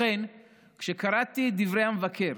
לכן כשקראתי את דברי המבקר